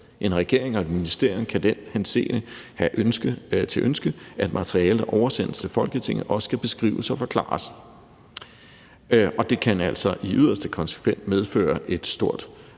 En regering og et ministerium kan i den henseende have som ønske, at materiale oversendt til Folketinget også skal beskrives og forklares, og det kan altså i yderste konsekvens medføre et stort